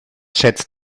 schätzt